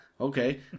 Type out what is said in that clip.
okay